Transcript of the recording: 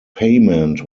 payment